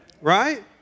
Right